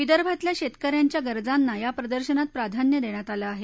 विदर्भातल्या शेतकऱ्यांच्या गरजांना या प्रदर्शनात प्राधान्य देण्यात आलं आहे